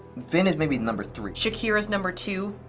vin is maybe number three. shakira's number two.